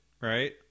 right